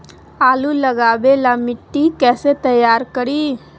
आलु लगावे ला मिट्टी कैसे तैयार करी?